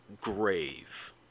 grave